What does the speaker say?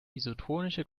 isotonische